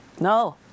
No